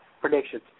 predictions